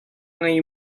ngei